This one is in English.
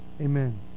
Amen